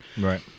right